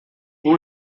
who